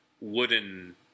wooden